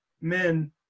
men